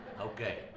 okay